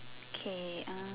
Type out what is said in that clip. okay uh